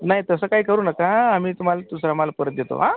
नाही तसं काही करू नका आम्ही तुम्हाला दुसरा माल परत देतो आ